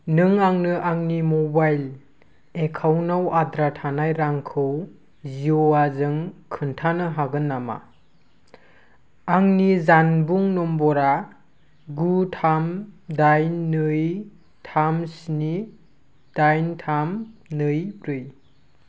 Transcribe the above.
नों आंनो आंनि मबाइल एकाउन्ट आव आद्रा थानाय रांखौ जिय'आजों खोन्थानो हागोन नामा आंनि जानबुं नम्बर आ गु थाम दाइन नै थाम स्नि दाइन थाम नै ब्रै